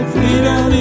Freedom